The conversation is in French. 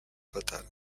fatale